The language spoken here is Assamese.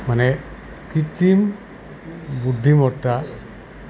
মানে কৃত্ৰিম বুদ্ধিমত্তা